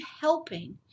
helping